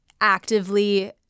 actively